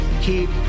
keep